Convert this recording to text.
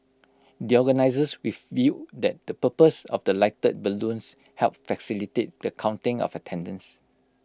the organisers revealed that the purpose of the lighted balloons helped facilitate the counting of attendance